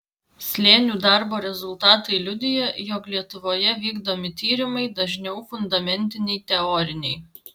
slėnių darbo rezultatai liudija jog lietuvoje vykdomi tyrimai dažniau fundamentiniai teoriniai